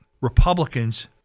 Republicans